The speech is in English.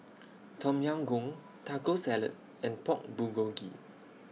Tom Yam Goong Taco Salad and Pork Bulgogi